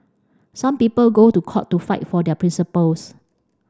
some people go to court to fight for their principles